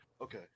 Okay